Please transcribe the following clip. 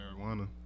marijuana